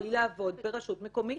פוטנציאלי לעבוד ברשות מקומית.